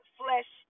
flesh